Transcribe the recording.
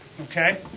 okay